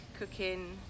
cooking